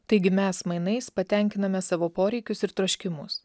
taigi mes mainais patenkiname savo poreikius ir troškimus